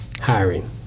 hiring